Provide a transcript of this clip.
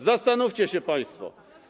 Zastanówcie się państwo.